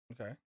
Okay